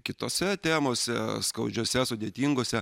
kitose temose skaudžiose sudėtingose